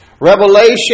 Revelation